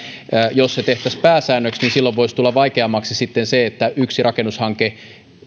jos se tehtäisiin pääsäännöksi niin silloin se voisi tulla sitten vaikeammaksi että yksi rakennushanke